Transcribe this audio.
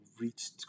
reached